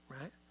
Right